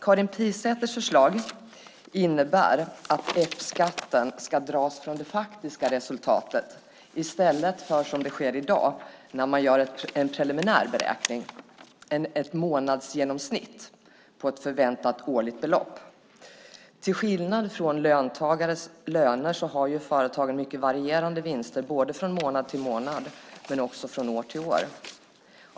Karin Pilsäters förslag innebär att F-skatten ska dras från det faktiska resultatet i stället för, som i dag, utifrån en preliminär beräkning, ett månadsgenomsnitt på ett förväntat årligt belopp. Till skillnad från löneanställda har företagarna mycket varierande vinster från månad till månad men också från år till år.